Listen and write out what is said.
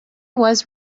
was